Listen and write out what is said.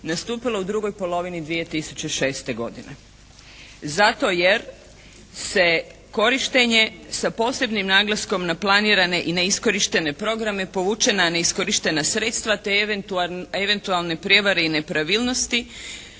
nastupilo u drugoj polovini 2006. godine zato jer se korištenje sa posebnim naglaskom na planirane i neiskorištene programe povučena neiskorištena sredstva te eventualne prijevare i nepravilnosti